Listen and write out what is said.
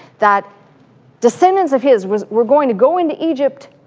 that decedents of his were were going to go into egypt